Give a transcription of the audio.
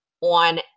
on